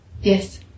Yes